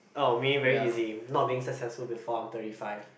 oh me very easy not being successful before I'm thirty five